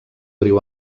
riu